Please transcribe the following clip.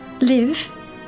Live